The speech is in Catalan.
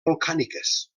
volcàniques